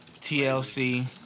TLC